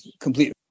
complete